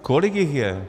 Kolik jich je?